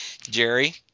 Jerry